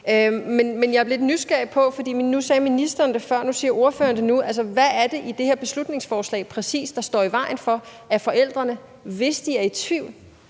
Men jeg er lidt nysgerrig efter at høre – for nu sagde ministeren det før, og ordføreren siger det nu – hvad er det præcis i det her beslutningsforslag, der står i vejen for, at forældrene, hvis de er i tvivl,